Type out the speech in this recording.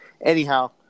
Anyhow